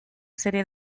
serie